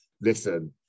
listen